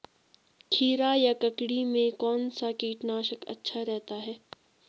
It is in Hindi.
खीरा या ककड़ी में कौन सा कीटनाशक अच्छा रहता है?